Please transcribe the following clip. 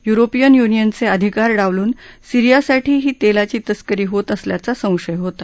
European युनियनचे अधिकार डावलून सिरीयासाठी ही तेलाची तस्करी होत असल्याचा संशय होता